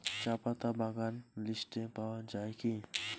চাপাতা বাগান লিস্টে পাওয়া যায় কি?